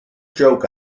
joke